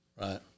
Right